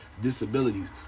disabilities